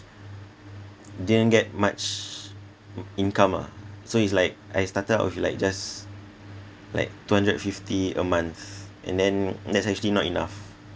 didn't get much income ah so it's like I started out with like just like two hundred fifty a month and then that's actually not enough